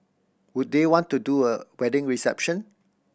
would they want to do a wedding reception